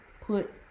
put